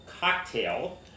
Cocktail